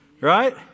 Right